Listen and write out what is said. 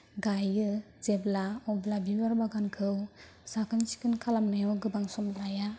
गाइयो जेब्ला अब्ला बिबार बागानखौ साखोन सिखोन खालामनायाव गोबां सम लाया